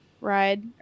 ride